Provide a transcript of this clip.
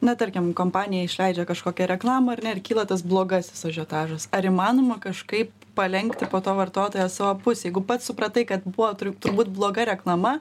na tarkim kompanija išleidžia kažkokią reklamą ar ne ir kyla tas blogasis ažiotažas ar įmanoma kažkaip palenkti po to vartotoją į savo pusę jeigu pats supratai kad buvo taip turbūt bloga reklama